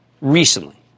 recently